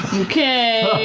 okay.